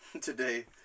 Today